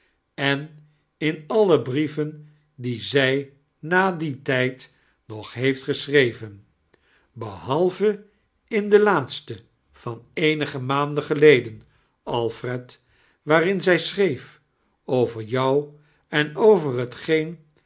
en in all brieven die zij na ddeeri tijd nog heeft gesehraven behalve in den laatote van eenige maanden geledien alfred waarin zij schreef over jou en over hetgeen